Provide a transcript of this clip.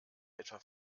etwa